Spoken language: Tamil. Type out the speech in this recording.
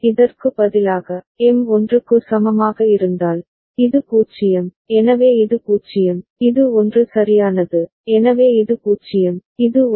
இதற்கு பதிலாக எம் 1 க்கு சமமாக இருந்தால் இது 0 எனவே இது 0 இது 1 சரியானது எனவே இது 0 இது 1